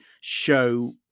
show